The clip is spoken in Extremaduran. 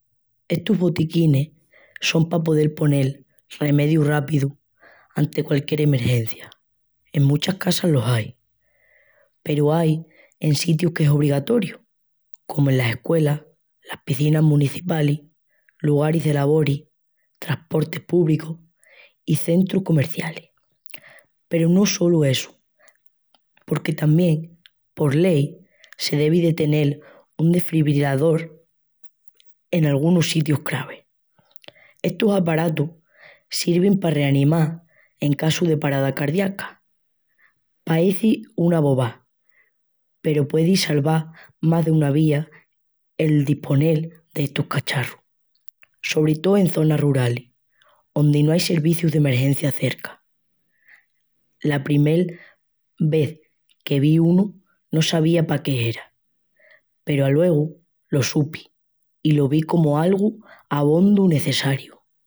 Estus botiquinis son pa podel ponel remediu rápidu anti qualquiel emergencia. En muchas casas los ai, peru ai en sitius que es obrigatoriu, comu enas escuelas, las picinas municipalis, lugaris de lavoris, trasportis púbricus i centrus comercialis. Peru no solu essu, porque tamién, por Lei, se devi de tenel un desfibriladol en algunus sitius cravi. Estus aparatus sirvin pa reanimal en casu de parada cardíaca. Paeci una bobá, peru puedi salval más duna vía el disponel d'estus cacharrus. Sobri tó en zonas ruralis ondi no ai servicius d'emergencia cerca. La primel vés que vi unu no sabía pa qué era, peru aluegu lo supi i lo vi comu algu abondu necessariu.